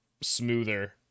smoother